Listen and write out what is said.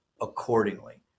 accordingly